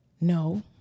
No